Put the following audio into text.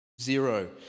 Zero